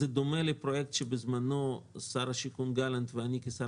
זה דומה לפרויקט שבזמנו שר השיכון גלנט ואני כשר